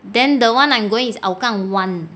then the one I'm going is hougang [one]